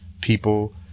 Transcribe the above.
people